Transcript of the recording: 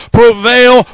prevail